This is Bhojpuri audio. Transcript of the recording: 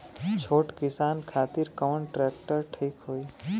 छोट किसान खातिर कवन ट्रेक्टर ठीक होई?